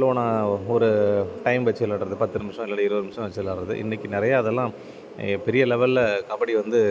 லோனா ஒரு டைம் வச்சு விளாட்றது பத்து நிமிஷம் இல்லைன்னா இருபது நிமிஷம் வச்சு விளாட்றது இன்னைக்கு நிறையா அதெல்லாம் மிகப்பெரிய லெவல்ல கபடி வந்து